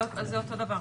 זה אותו דבר.